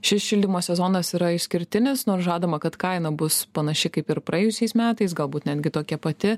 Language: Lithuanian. šis šildymo sezonas yra išskirtinis nors žadama kad kaina bus panaši kaip ir praėjusiais metais galbūt netgi tokia pati